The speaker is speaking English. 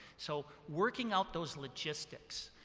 so working out those logistics,